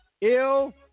ill